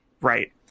Right